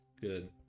Good